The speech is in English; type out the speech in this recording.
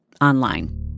online